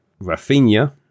Rafinha